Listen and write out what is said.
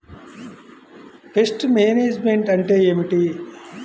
Pest management అంటే ఏమిటి?